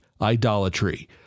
idolatry